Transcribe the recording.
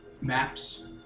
maps